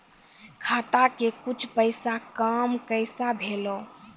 खाता के कुछ पैसा काम कैसा भेलौ?